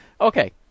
Okay